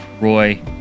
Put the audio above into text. roy